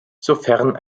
sofern